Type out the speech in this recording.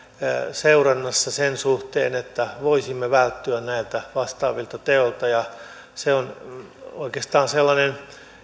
seurannassa sen suhteen että voisimme välttyä näiltä vastaavilta teoilta on oikeastaan sellainen